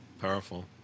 Powerful